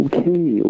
Okay